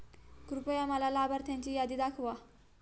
कृपया मला लाभार्थ्यांची यादी दाखवा